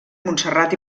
montserrat